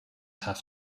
have